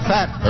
Fat